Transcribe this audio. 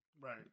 Right